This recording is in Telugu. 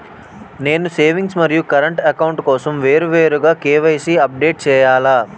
నేను సేవింగ్స్ మరియు కరెంట్ అకౌంట్ కోసం వేరువేరుగా కే.వై.సీ అప్డేట్ చేయాలా?